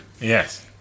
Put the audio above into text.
yes